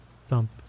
thump